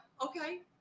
Okay